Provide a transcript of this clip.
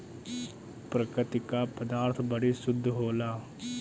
प्रकृति क पदार्थ बड़ी शुद्ध होला